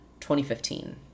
2015